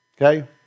Okay